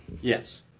Yes